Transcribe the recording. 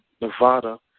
Nevada